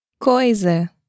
Coisa